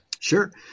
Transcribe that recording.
Sure